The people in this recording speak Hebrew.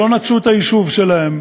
ולא נטשו את היישוב שלהם,